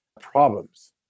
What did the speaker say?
problems